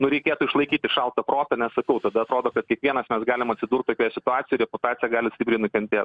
nu reikėtų išlaikyti šaltą protą nes sakau tada atrodo kad kiekvienas mes galim atsidurt tokioj situacijoj reputaciją gali stipriai nukentėt